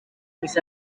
mis